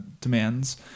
demands